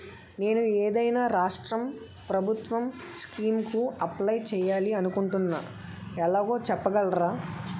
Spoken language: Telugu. నేను ఏదైనా రాష్ట్రం ప్రభుత్వం స్కీం కు అప్లై చేయాలి అనుకుంటున్నా ఎలాగో చెప్పగలరా?